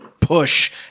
Push